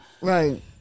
Right